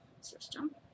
system